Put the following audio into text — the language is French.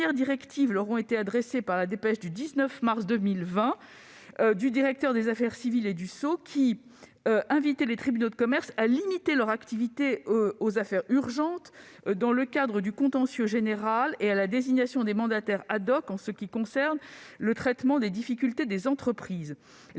directives leur ont été adressées par la dépêche du 19 mars 2020 du directeur des affaires civiles et du sceau, qui invitait les tribunaux de commerce à limiter leur activité aux " affaires urgentes " dans le cadre du contentieux général et à la désignation de mandataires en ce qui concerne le traitement des difficultés des entreprises ; les